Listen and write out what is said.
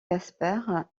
casper